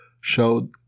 showed